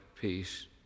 peace